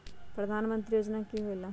प्रधान मंत्री योजना कि होईला?